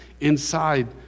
inside